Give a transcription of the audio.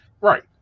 Right